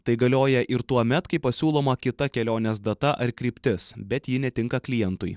tai galioja ir tuomet kai pasiūloma kita kelionės data ar kryptis bet ji netinka klientui